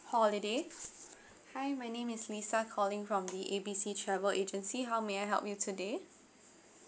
holiday hi my name is lisa calling from the A B C travel agency how may I help you today